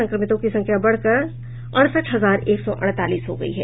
संक्रमितों की संख्या बढ़कर अड़सठ हजार एक सौ अड़तालीस हो गयी है